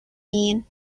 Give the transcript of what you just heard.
mean